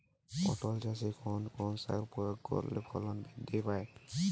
পটল চাষে কোন কোন সার প্রয়োগ করলে ফলন বৃদ্ধি পায়?